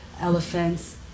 elephants